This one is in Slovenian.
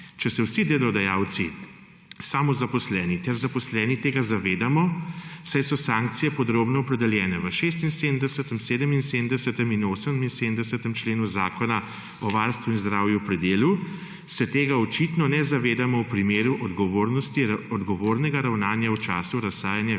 Če se vsi delodajalci, samozaposleni ter zaposleni tega zavedamo, saj so sankcije podrobno opredeljene v 76., 77. in 78. členu Zakona o varnosti in zdravju pri delu, se tega očitno ne zavedamo v primeru odgovornega ravnanja v času razsajanja